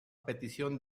petición